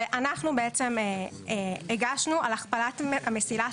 שאנחנו בעצם הגשנו על הכפלת המסילה,